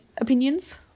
opinions